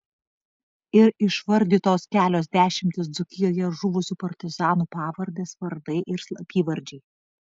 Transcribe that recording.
ir išvardytos kelios dešimtys dzūkijoje žuvusiųjų partizanų pavardės vardai ir slapyvardžiai